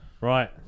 Right